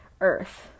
earth